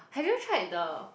have you tried the